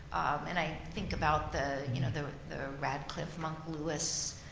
and i think about the you know the the radcliff monk, lewis